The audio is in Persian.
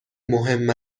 مهم